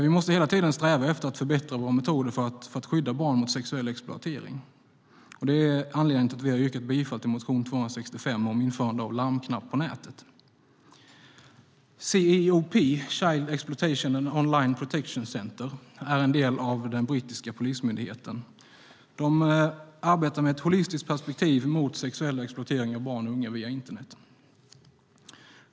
Vi måste hela tiden sträva efter att förbättra våra metoder för att skydda barn mot sexuell exploatering. Det är anledningen till att vi har yrkat bifall till motion 265 om införande av larmknapp på nätet. CEOP, Child Exploitation and Online Protection Centre, är en del av den brittiska polismyndigheten. De arbetar med ett holistiskt perspektiv mot sexuell exploatering av barn och unga via internet.